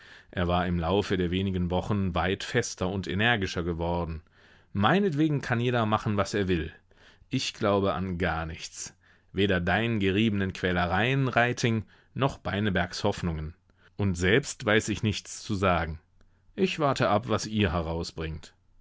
er war im laufe der wenigen wochen weit fester und energischer geworden meinetwegen kann jeder machen was er will ich glaube an gar nichts weder deinen geriebenen quälereien reiting noch beinebergs hoffnungen und selbst weiß ich nichts zu sagen ich warte ab was ihr herausbringt